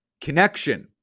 connection